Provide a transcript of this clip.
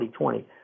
2020